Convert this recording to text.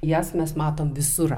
jas mes matome visur